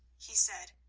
he said,